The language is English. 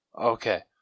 Okay